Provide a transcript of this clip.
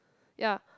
ya